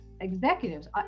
executives